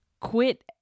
quit